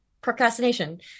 procrastination